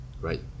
right